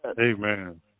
amen